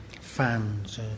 fans